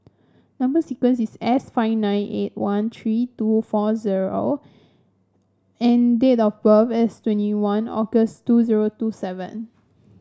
number sequence is S five nine eight one three two four zero and date of birth is twenty one August two zero two seven